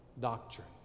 doctrine